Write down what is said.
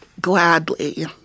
Gladly